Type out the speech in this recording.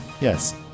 yes